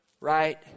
right